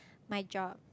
my job